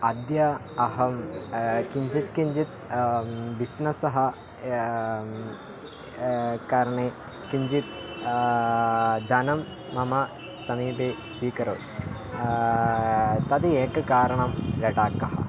अद्य अहं किञ्चित् किञ्चित् बिस्नेस्सः करणे किञ्चित् धनं मम समीपे स्वीकरोमि तस्य एकं कारणं लडाख्